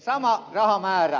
arvoisa ed